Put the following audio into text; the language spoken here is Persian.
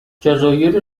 جزایر